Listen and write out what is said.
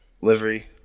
livery